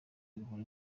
agahora